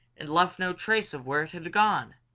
and left no trace of where it had gone.